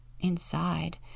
Inside